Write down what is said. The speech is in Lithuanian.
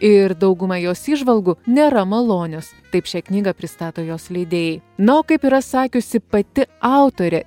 ir dauguma jos įžvalgų nėra malonios taip šią knygą pristato jos leidėjai na o kaip yra sakiusi pati autorė